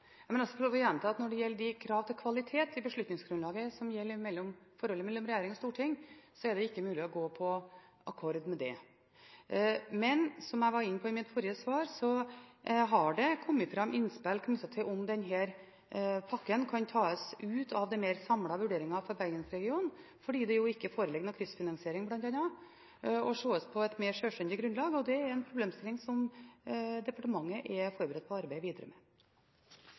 Jeg må nesten få lov til å gjenta at de krav til kvalitet i beslutningsgrunnlaget som gjelder i forholdet mellom regjering og storting, er det ikke mulig å gå på akkord med. Men som jeg var inne på i mitt forrige svar, har det kommet fram innspill knyttet til om denne pakken kan tas ut av den mer samlede vurderingen av Bergensregionen, bl.a. fordi det ikke foreligger noen kryssfinansiering, og ses på på et mer sjølstendig grunnlag. Det er en problemstilling som departementet er forberedt på å arbeide videre med.